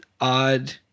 odd